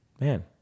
man